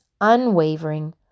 unwavering